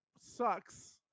sucks